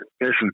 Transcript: Listen